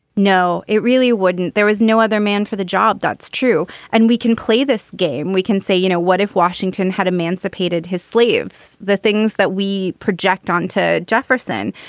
no, it really wouldn't. there is no other man for the job. that's true. and we can play this game. we can say, you know what, if washington had emancipated his slaves, the things that we project onto jefferson.